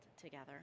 together